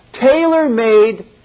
tailor-made